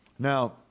Now